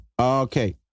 Okay